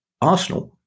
Arsenal